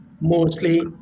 mostly